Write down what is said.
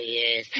yes